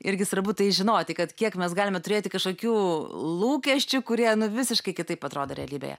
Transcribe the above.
irgi svarbu tai žinoti kad kiek mes galime turėti kažkokių lūkesčių kurie nu visiškai kitaip atrodo realybėje